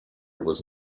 was